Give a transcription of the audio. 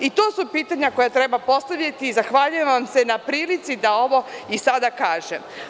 I to su pitanja koja treba postavljati i zahvaljujem vam se na prilici da ovo i sada kažem.